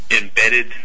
Embedded